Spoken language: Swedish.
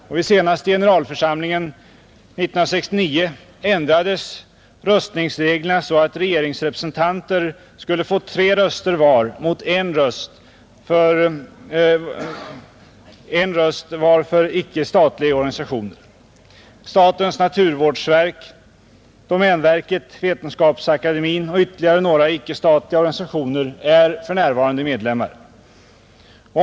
Vid den senaste generalförsamlingen 1969 ändrades röstningsreglerna så att regeringsrepresentanter skulle få tre röster var mot en röst var för icke-statliga organisationer. För Sveriges del är statens naturvårdsverk, domänverket, Vetenskapsakademien och ytterligare några icke-statliga organisationer för närvarande medlemmar av IUCN.